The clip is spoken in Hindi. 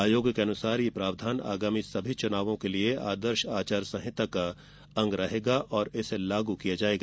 आयोग के अनुसार यह प्रावधान आगामी सभी चुनावों के लिए आदर्श आचार संहिता का अंग रहेगा और इसे लागू किया जाएगा